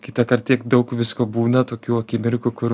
kitąkart tiek daug visko būna tokių akimirkų kur